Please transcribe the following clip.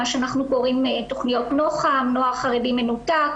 מה שאנחנו קרואים תכוניות נוח"מ (נוער חרדי מנותק),